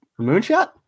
Moonshot